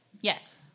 Yes